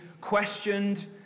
questioned